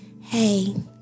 Hey